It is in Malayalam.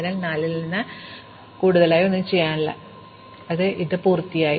അതിനാൽ ഇത് 4 ൽ നിന്ന് കൂടുതലായി ഞങ്ങൾക്ക് ഒന്നും ചെയ്യാൻ കഴിയില്ല അതിനാൽ ഈ കാലഹരണപ്പെടൽ പൂർത്തിയായി